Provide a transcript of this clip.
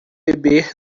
bebê